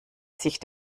sich